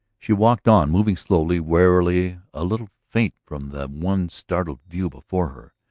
she walked on, moving slowly, warily, a little faint from the one startled view before her,